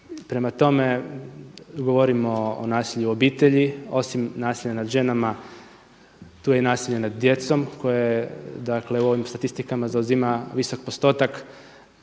Prema tome, govorimo o nasilju u obitelji osim nasilja nad ženama tu je i nasilje nad djecom koje je dakle u ovim statistikama zauzima visok postotak